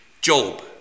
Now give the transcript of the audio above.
Job